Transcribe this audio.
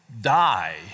die